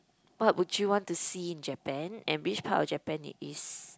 what would you want to see in Japan and which part of Japan it is